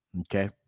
okay